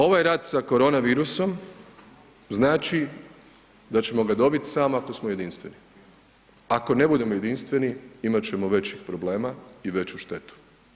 Ovaj rat sa korona virusom znači da ćemo ga dobiti samo ako smo jedinstveni, ako ne budemo jedinstveni imat ćemo većih problema i veću štetu.